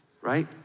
right